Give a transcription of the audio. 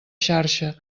xarxa